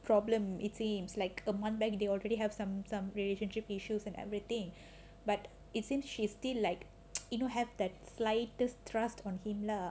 problem it seems like a month back they already have some some relationship issues and everything but it seems like she's still like you know have the slightest trust on him lah